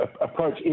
approach